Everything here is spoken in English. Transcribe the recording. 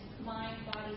mind-body